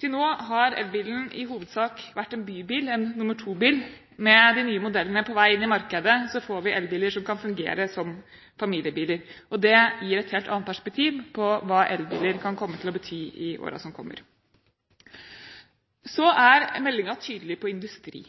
Til nå har elbilen i hovedsak vært en bybil, en nr. 2-bil. Med de nye modellene på vei inn i markedet får vi elbiler som kan fungere som familiebiler. Det gir et helt annet perspektiv på hva elbiler kan komme til å bety i årene som kommer. Så er meldingen tydelig med hensyn til industri.